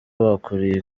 bakuriye